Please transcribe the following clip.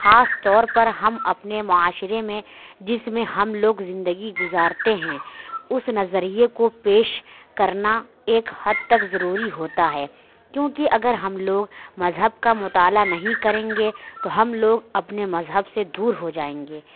خاص طور پر ہم اپنے معاشرے میں جس میں ہم لوگ زندگی گزارتے ہیں اس نظریے کو پیش کرنا ایک حد تک ضروری ہوتا ہے کیوں کی اگر ہم لوگ مذہب کا مطالعہ نہیں کریں گے تو ہم لوگ اپنے مذہب سے دور ہو جائیں گے